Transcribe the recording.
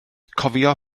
cofio